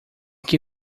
que